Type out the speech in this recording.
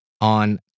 on